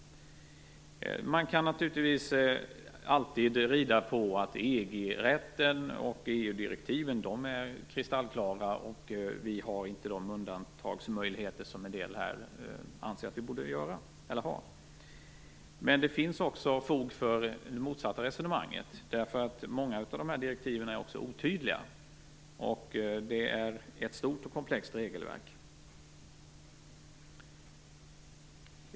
Man kan naturligtvis alltid rida på att EG-rätten och EU direktiven är kristallklara: Vi har inte de undantagsmöjligheter som en del här anser att vi borde ha. Men det finns också fog för det motsatta resonemanget, därför att många av dessa direktiv också är otydliga, och regelverket är stort och komplext.